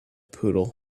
poodle